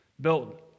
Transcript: built